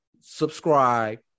subscribe